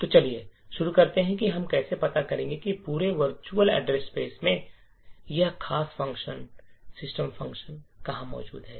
तो चलिए शुरू करते हैं कि हम कैसे पता करें कि पूरे वर्चुअल एड्रेस स्पेस में यह खास फंक्शन सिस्टम कहां मौजूद है